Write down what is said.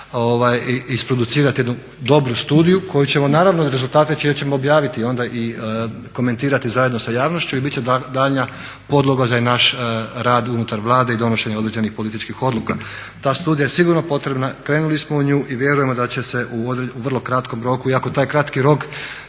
isproducirati jednu dobru studiju koju ćemo naravno, rezultate čije ćemo objaviti onda i komentirati zajedno sa javnošću i bit će daljnja podloga za naš rad unutar Vlade i donošenje određenih političkih odluka. Ta studija je sigurno potrebna, krenuli smo u nju i vjerujemo da će se u vrlo kratkom roku, iako taj kratki rok